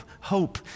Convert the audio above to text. hope